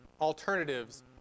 alternatives